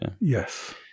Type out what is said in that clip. Yes